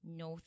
no